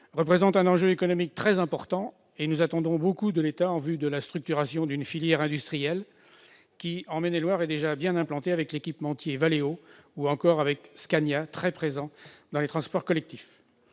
représente un enjeu économique très important et nous attendons beaucoup de l'État en termes de structuration d'une filière industrielle qui, en Maine-et-Loire, est déjà bien implantée, avec l'équipementier Valeo ou Scania, très présent sur le segment des transports collectifs.